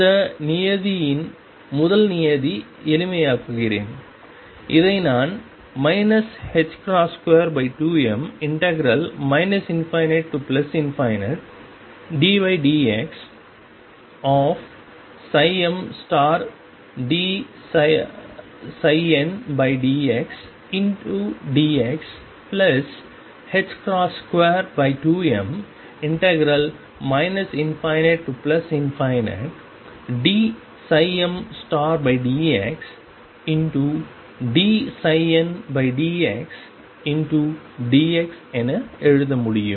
இந்த நியதியின் முதல் நியதி எளிமையாக்குகிறேன் இதை நான் 22m ∞ddxψmdndxdx22m ∞dmdxdndxdx என எழுத முடியும்